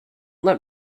let